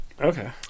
Okay